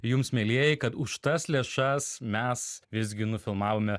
jums mielieji kad už tas lėšas mes visgi nufilmavome